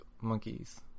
monkeys